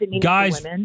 guys